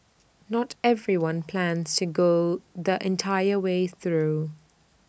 not everyone plans to go the entire way through